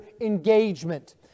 engagement